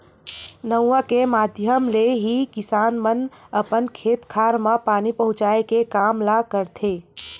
नरूवा के माधियम ले ही किसान मन अपन खेत खार म पानी पहुँचाय के काम ल करथे